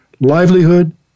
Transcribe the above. livelihood